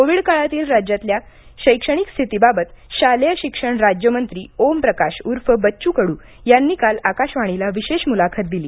Covid काळातील राज्यातल्या शैक्षणिक स्थितीबाबत शालेय शिक्षण राज्यमंत्री ओमप्रकाश ऊर्फ बच्चू कडू यांनी काल आकाशवाणीला विशेष मुलाखत दिली